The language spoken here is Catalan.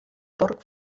porc